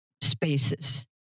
spaces